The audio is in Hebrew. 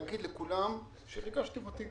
אני רוצה להגיד לכולם שריגשתם אותי,